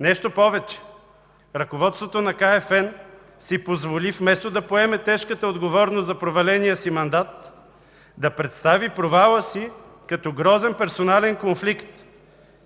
Нещо повече, ръководството на КФН си позволи вместо да поеме тежката отговорност за проваления си мандат, да представи провала си като грозен персонален конфликт